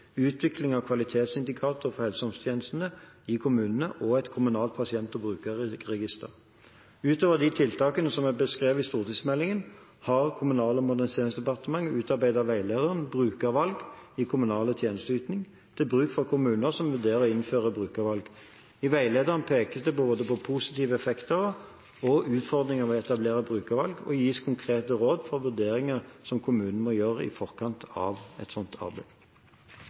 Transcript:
utvikling av kvalitetsindikatorer for helse- og omsorgstjenestene i kommunene og et kommunalt pasient- og brukerregister. Utover de tiltakene som er beskrevet i stortingsmeldingen, har Kommunal- og moderniseringsdepartementet utarbeidet veilederen Brukervalg i kommunal tjenesteyting, til bruk for kommuner som vurderer å innføre brukervalg. I veilederen pekes det på både positive effekter og utfordringer ved å etablere brukervalg, og det gis konkrete råd for vurderinger som kommunene må gjøre i forkant av et slikt arbeid.